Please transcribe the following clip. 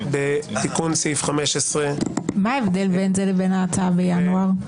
בתיקון סעיף 15. מה ההבדל בין זה לבין ההצעה בינואר?